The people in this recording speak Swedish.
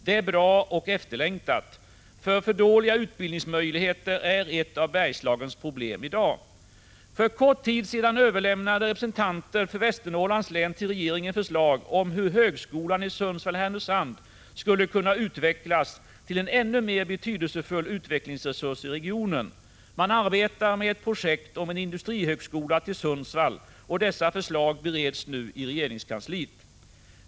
: Detta är bra och efterlängtat. Dåliga utbildningsmöjligheter är nämligen ett av Bergslagens problem i dag. För kort tid sedan överlämnade representanter för Västernorrlands län till regeringen förslag om hur högskolan i Sundsvall/Härnösand skulle kunna utvecklas till en ännu mer betydelsefull utvecklingsresurs i regionen. Man arbetar med ett projekt som innebär en industrihögskola till Sundsvall. Förslagen bereds nu i regeringskansliet.